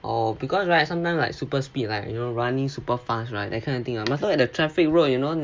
orh because right sometimes like super speed like you know running super fast right that kind of thing I must look at the traffic road you know